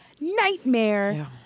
nightmare